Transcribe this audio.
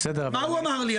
מה הוא אמר לי?